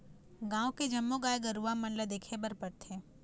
गाँव के जम्मो गाय गरूवा मन ल देखे बर परथे